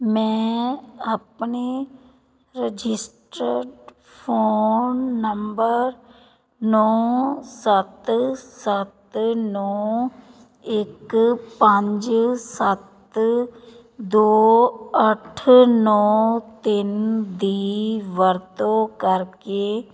ਮੈਂ ਆਪਣੇ registered phone number ਨੌਂ ਸੱਤ ਸੱਤ ਨੌਂ ਇੱਕ ਪੰਜ ਸੱਤ ਦੋ ਅੱਠ ਨੌਂ ਤਿੰਨ ਦੀ ਵਰਤੋਂ ਕਰਕੇ